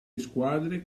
squadre